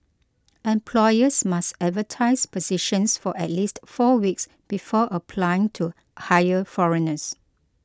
employers must advertise positions for at least four weeks before applying to hire foreigners